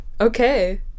okay